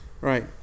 Right